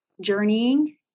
journeying